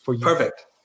perfect